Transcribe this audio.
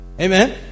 amen